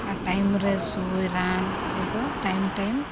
ᱟᱨ ᱨᱮ ᱥᱩᱭ ᱨᱟᱱ ᱩᱱᱤ ᱫᱚ